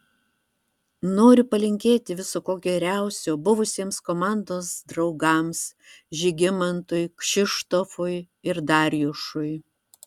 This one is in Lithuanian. noriu palinkėti viso ko geriausio buvusiems komandos draugams žygimantui kšištofui ir darjušui